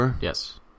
Yes